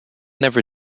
never